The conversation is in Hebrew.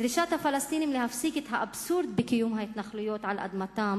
דרישת הפלסטינים להפסיק את האבסורד בקיום ההתנחלויות על אדמתם